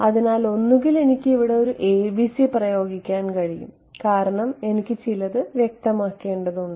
അതിനാൽ ഒന്നുകിൽ എനിക്ക് ഇവിടെ ഒരു ABC പ്രയോഗിക്കാൻ കഴിയും കാരണം എനിക്ക് ചിലത് വ്യക്തമാക്കേണ്ടതുണ്ട്